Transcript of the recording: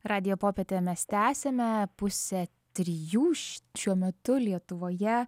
radijo popietę mes tęsiame pusę trijų šiuo metu lietuvoje